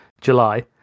July